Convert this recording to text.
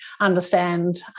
understand